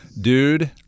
dude